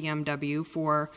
w for